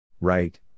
Right